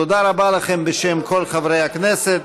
תודה רבה לכם בשם כל חברי הכנסת.